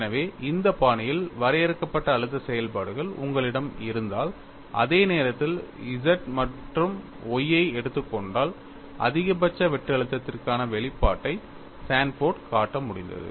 எனவே இந்த பாணியில் வரையறுக்கப்பட்ட அழுத்த செயல்பாடுகள் உங்களிடம் இருந்தால் அதே நேரத்தில் Z மற்றும் Y ஐ எடுத்துக் கொண்டால் அதிகபட்ச வெட்டு அழுத்தத்திற்கான வெளிப்பாட்டை சான்போர்டு காட்ட முடிந்தது